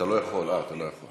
אה, אתה לא יכול.